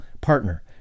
partner